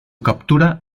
captura